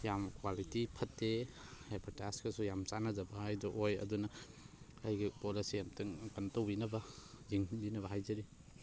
ꯌꯥꯝ ꯀ꯭ꯋꯥꯂꯤꯇꯤ ꯐꯠꯇꯦ ꯑꯦꯗꯕꯔꯇꯥꯏꯖꯀꯁꯨ ꯌꯥꯝ ꯆꯥꯟꯅꯗꯕ ꯍꯥꯏꯗꯨ ꯑꯣꯏ ꯑꯗꯨꯅ ꯑꯩꯒꯤ ꯄꯣꯠ ꯑꯁꯤ ꯑꯝꯇꯪ ꯀꯩꯅꯣ ꯇꯧꯕꯤꯅꯕ ꯌꯦꯡꯁꯤꯟꯕꯤꯅꯕ ꯍꯥꯏꯖꯔꯤ